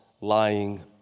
lying